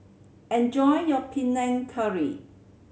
enjoy your Panang Curry